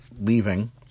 leaving